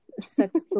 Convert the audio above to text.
sex